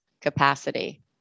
capacity